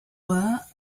were